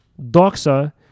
Doxa